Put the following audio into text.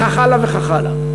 וכך הלאה וכך האלה.